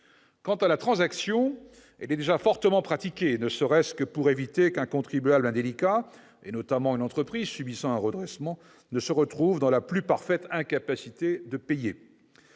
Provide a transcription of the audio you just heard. Quant à la transaction, elle est déjà fortement pratiquée, ne serait-ce que pour éviter qu'un contribuable indélicat, notamment une entreprise subissant un redressement, ne se retrouve dans la plus parfaite incapacité de payer.